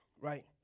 Right